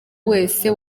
wese